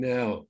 Now